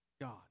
God